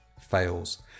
fails